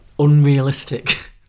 unrealistic